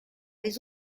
les